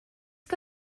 que